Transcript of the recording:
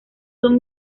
son